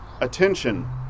attention